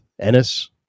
Ennis